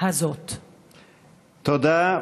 תודה.